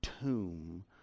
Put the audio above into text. tomb